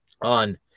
on